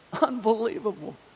Unbelievable